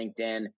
LinkedIn